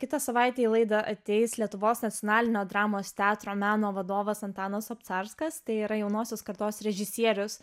kitą savaitę į laidą ateis lietuvos nacionalinio dramos teatro meno vadovas antanas obcarskas tai yra jaunosios kartos režisierius